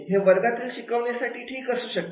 हे वर्गातील शिकवण्यासाठी ठीक असू शकते